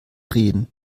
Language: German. reden